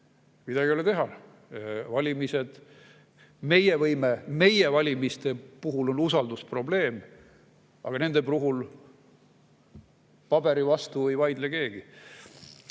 Midagi ei ole teha, meie valimiste puhul on usaldusprobleem, aga nende puhul paberi vastu ei vaidle keegi.